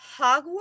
Hogwarts